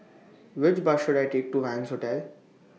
Which Bus should I Take to Wangz Hotel